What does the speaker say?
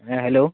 হ্যাঁ হ্যালো